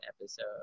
episode